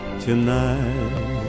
tonight